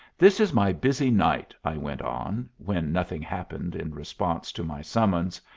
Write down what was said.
this is my busy night, i went on, when nothing happened in response to my summons,